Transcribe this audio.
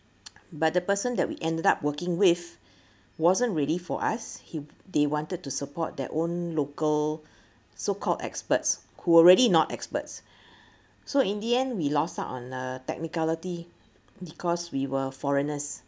but the person that we ended up working with wasn't really for us he they wanted to support their own local so called experts who are really not experts so in the end we lost out on a technicality because we were foreigners